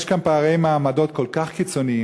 יש פה פערי מעמדות כל כך קיצוניים,